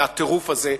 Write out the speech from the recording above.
וצומח הטירוף הזה,